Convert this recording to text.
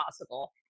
possible